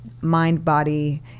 mind-body